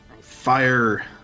Fire